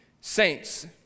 saints